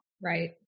Right